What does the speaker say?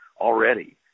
already